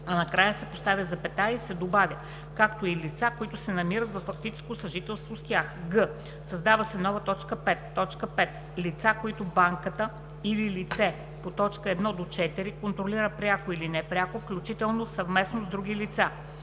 а накрая се поставя запетая и се добавя „както и лица, които се намират във фактическо съжителство с тях“; г) създава се нова т. 5: „5. лица, които банката или лице по т. 1-4 контролира пряко или непряко, включително съвместно с други лица;“